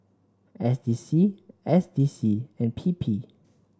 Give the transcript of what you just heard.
S D C S D C and P P